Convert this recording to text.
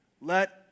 Let